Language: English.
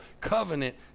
covenant